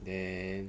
then